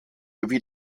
wie